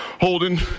Holden